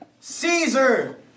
Caesar